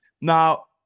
now